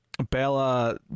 Bella